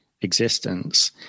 existence